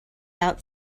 out